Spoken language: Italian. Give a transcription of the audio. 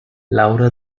laura